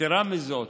יתרה מזו,